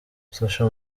social